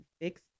fix